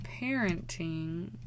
parenting